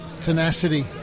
tenacity